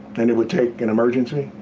and it would take an emergency?